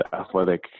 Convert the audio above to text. athletic